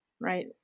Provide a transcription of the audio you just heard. right